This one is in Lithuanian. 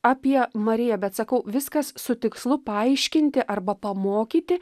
apie mariją bet sakau viskas su tikslu paaiškinti arba pamokyti